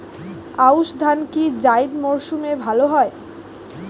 আউশ ধান কি জায়িদ মরসুমে ভালো হয়?